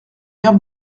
vert